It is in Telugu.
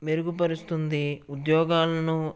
మెరుగుపరుస్తుంది ఉద్యోగాలను